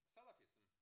Salafism